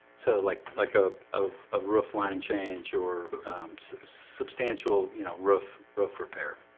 so like like a ah ah roof line change or substantial, you know roof roof repair